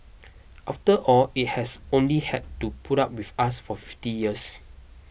after all it has only had to put up with us for fifty years